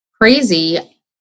crazy